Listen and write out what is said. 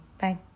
bye